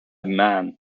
mann